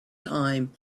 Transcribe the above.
time